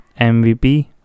MVP